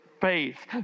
faith